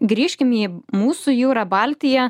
grįžkim į mūsų jūrą baltiją